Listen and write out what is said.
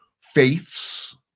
faiths